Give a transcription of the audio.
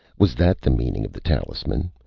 was that the meaning of the talisman,